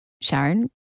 Sharon